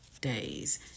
Days